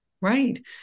right